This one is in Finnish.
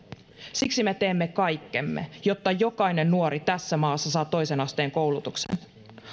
siksi me teemme kaikkemme jotta jokainen nuori tässä maassa saa toisen asteen koulutuksen